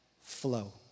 flow